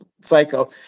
psycho